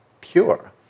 pure